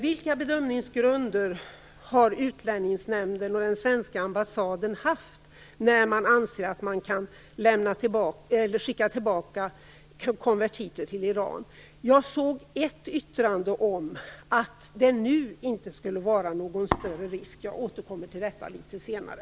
Vilka bedömningsgrunder har Utlänningsnämnden och den svenska ambassaden haft när man anser att man kan skicka tillbaka konvertiter till Iran? Jag såg ett yttrande om att det nu inte skulle vara någon större risk. Jag återkommer till detta litet senare.